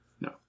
No